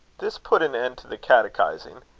this put an end to the catechising.